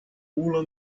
pula